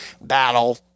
battle